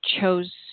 chose